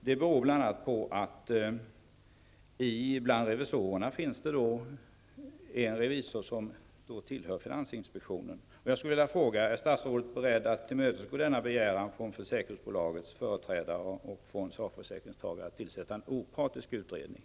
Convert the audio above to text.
Det beror bl.a. på att det bland revisorerna finns en revisor som tillhör finansinspektionen.